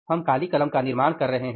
हम काली कलम का निर्माण कर रहे हैं